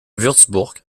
wurtzbourg